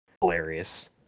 hilarious